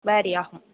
vary ஆகும்